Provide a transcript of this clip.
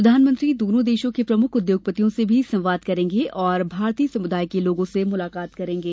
प्रधानमंत्री दोनो देशों के प्रमुख उद्योगपतियों से भी संवाद करेंगे और भारतीय समुदाय के लोगों से मुलाकात करेंगे